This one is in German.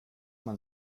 man